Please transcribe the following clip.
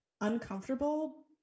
uncomfortable